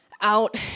out